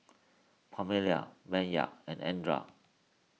Permelia Bayard and andra